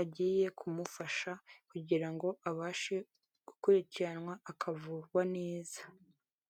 agiye kumufasha, kugira ngo abashe gukurikiranwa akavurwa neza.